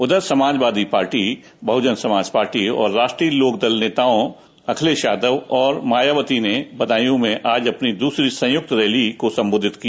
उधर Samajwadi party Bahujan Samaj party और राष्ट्रीय लोकदल नेताओं और अखिलेश यादव और मायावती ने बदायूं में आज अपनी द्रसरी संयुक्त रैली को संबोधित किया